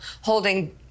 holding